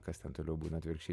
kas ten toliau būna atvirkščiai